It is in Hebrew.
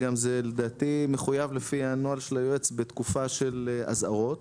זה לדעתי גם מחויב לפי הנוהל של היועץ בתקופה של אזהרות,